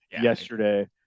yesterday